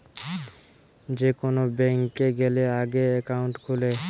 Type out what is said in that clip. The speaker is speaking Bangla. যে কোন ব্যাংকে গ্যালে আগে একাউন্ট খুলে